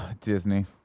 Disney